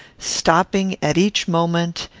stopping at each moment,